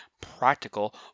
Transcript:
practical